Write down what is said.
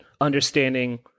understanding